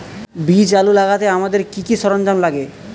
বীজ আলু লাগাতে আমাদের কি কি সরঞ্জাম লাগে?